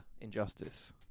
Injustice